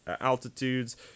altitudes